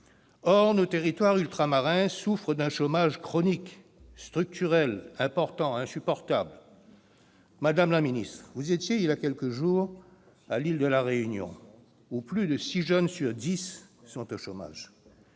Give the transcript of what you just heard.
Or nos territoires ultramarins souffrent d'un chômage chronique, structurel, important, insupportable. Madame la ministre, vous étiez voilà quelques jours à l'île de la Réunion, où plus de six jeunes sur dix sont au chômage